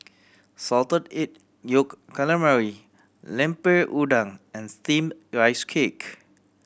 Salted Egg Yolk Calamari Lemper Udang and Steamed Rice Cake